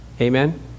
Amen